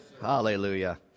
Hallelujah